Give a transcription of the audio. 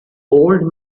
old